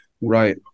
Right